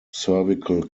cervical